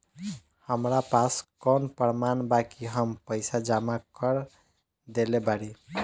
हमरा पास कौन प्रमाण बा कि हम पईसा जमा कर देली बारी?